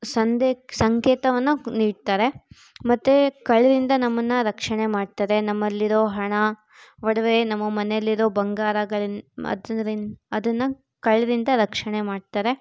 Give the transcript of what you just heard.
ಸಂದೆ ಸಂಕೇತವನ್ನು ನೀಡ್ತಾರೆ ಮತ್ತು ಕಳ್ಳರಿಂದ ನಮ್ಮನ್ನು ರಕ್ಷಣೆ ಮಾಡ್ತಾರೆ ನಮ್ಮಲ್ಲಿರೊ ಹಣ ಒಡವೆ ನಮ್ಮ ಮನೆಯಲ್ಲಿರೊ ಬಂಗಾರಗಳಿನ್ ಅದ್ರಿನ್ ಅದನ್ನು ಕಳ್ಳರಿಂದ ರಕ್ಷಣೆ ಮಾಡ್ತಾರೆ